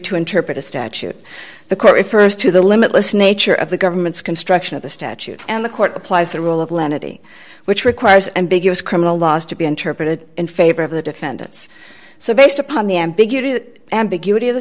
to interpret a statute the court refers to the limitless nature of the government's construction of the statute and the court applies the rule of lenity which requires ambiguous criminal laws to be interpreted in favor of the defendants so based upon the ambiguity that ambiguity